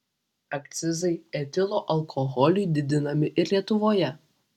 akcizai etilo alkoholiui didinami ir lietuvoje